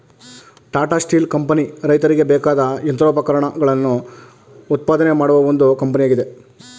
Tata steel company ರೈತರಿಗೆ ಬೇಕಾದ ಯಂತ್ರೋಪಕರಣಗಳನ್ನು ಉತ್ಪಾದನೆ ಮಾಡುವ ಒಂದು ಕಂಪನಿಯಾಗಿದೆ